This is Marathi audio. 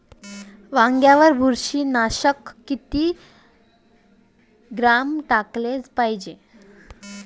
वांग्यावर बुरशी नाशक किती ग्राम टाकाले पायजे?